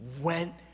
went